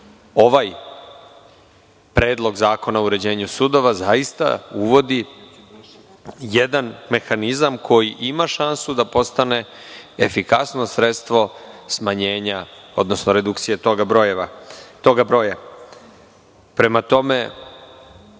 ovaj Predlog zakona o uređenju sudova zaista uvodi jedan mehanizam koji ima šansu da postane efikasno sredstvo smanjenja, odnosno redukcije tog broja. Bilo je